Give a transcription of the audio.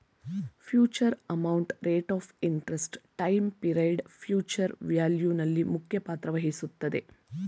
future amount, rate of interest, time period future value ನಲ್ಲಿ ಮುಖ್ಯ ಪಾತ್ರ ವಹಿಸುತ್ತದೆ